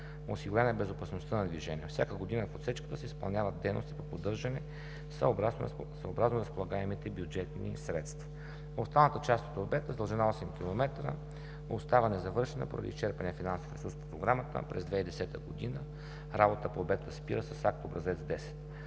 Осигурена е безопасността на движението. Всяка година в отсечката се изпълняват дейности по поддържане, съобразно разполагаемите бюджетни средства. Останалата част от обекта с дължина 8 км остава незавършена поради изчерпания финансов ресурс по Програмата, а през 2010 г. работата по обекта спира с акт Образец 10.